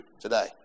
today